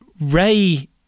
Ray